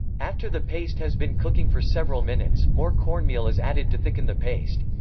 after the paste has been cooking for several minutes, more cornmeal is added to thicken the paste.